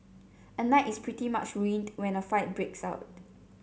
a night is pretty much ruined when a fight breaks out